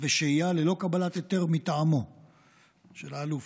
ושהייה ללא קבלת היתר מטעמו של האלוף.